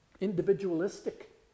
individualistic